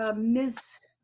ah ms.